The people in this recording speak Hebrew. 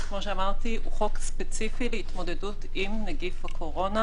כמו שאמרתי הוא חוק ספציפי להתמודדות עם נגיף הקורונה,